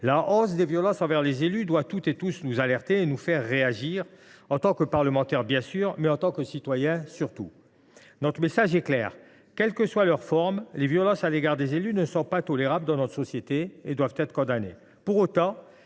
La hausse des violences envers les élus doit toutes et tous nous alerter et nous faire réagir, en tant que parlementaires, bien sûr, mais aussi et surtout en tant que citoyens. Notre message est clair : quelles que soient leurs formes, les violences à l’égard des élus ne sont pas tolérables dans notre société et doivent être condamnées.